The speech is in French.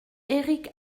éric